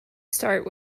start